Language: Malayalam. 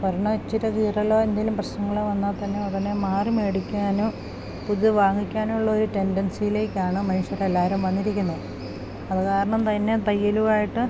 കാരണം ഒച്ചിരി കീറല്ലോ എന്തേലും പ്രശ്നങ്ങളളോ വന്നാൽ തന്നെ അതിനെ മാറി മേടിക്കാനും പുതു വാങ്ങിക്കാനുള്ളൊരു ടെൻഡൻസിയിലേക്കാണ് മനുഷ്യർ എല്ലാവരും വന്നിരിക്കുന്നത് അത് കാരണം തന്നെ തയ്യലുവായിട്ട്